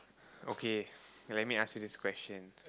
okay let me ask you this question